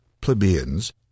plebeians